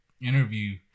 interview